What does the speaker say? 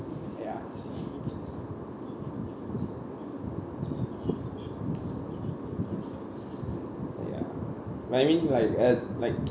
ya ya but I mean like uh like